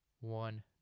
One